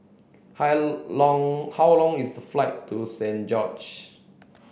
hi long how long is the flight to Saint George's